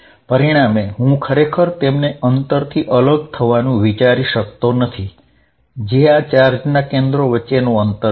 પરિણામે હું ખરેખર તેમને અંતરથી અલગ થવાનું વિચારી શકતો નથી જે આ ચાર્જના કેન્દ્રો વચ્ચેનું અંતર છે